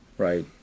right